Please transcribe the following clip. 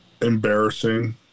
Embarrassing